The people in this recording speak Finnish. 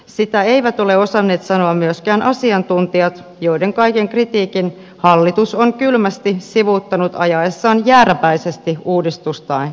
sitä eivät ole osanneet sanoa myöskään asiantuntijat joiden kaiken kritiikin hallitus on kylmästi sivuuttanut ajaessaan jääräpäisesti uudistustaan eteenpäin